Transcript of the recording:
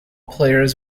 players